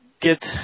get